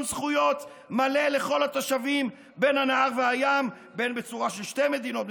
זכויות מלא לכל התושבים בין הנהר והים בצורה של שתי מדינות,